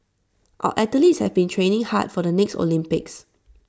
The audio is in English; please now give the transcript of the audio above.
our athletes have been training hard for the next Olympics